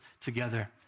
together